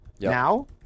now